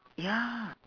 ya